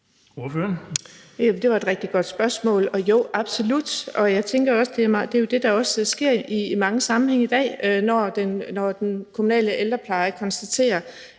Det var et rigtig godt spørgsmål, og jeg vil sige: Jo, absolut. Og jeg tænker, at det også er det, der sker i mange sammenhænge i dag, når den kommunale ældrepleje konstaterer,